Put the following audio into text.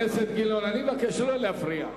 חבר הכנסת גילאון, אני מבקש לא להפריע.